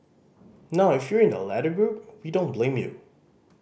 now if you're in the latter group we don't blame you